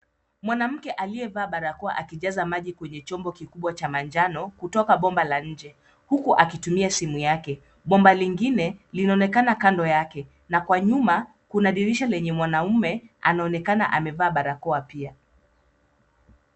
Mwanamke aliyavaa barakoa akijaza maji kwenye chombo kikubwa cha manjano kutoka bomba la nje, huku akitumia simu yake. Bomba lingine linaonekana kando yake na kwa nyuma kuna dirisha lenye mwanaume anaonekana amevaa barakoa pia.